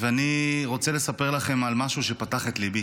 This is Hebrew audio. אני רוצה לספר לכם על משהו שפתח את ליבי.